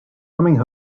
coming